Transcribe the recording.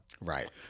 Right